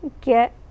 get